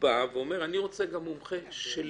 הנתבע ואומר: אני רוצה מומחה שלי.